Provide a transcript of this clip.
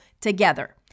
together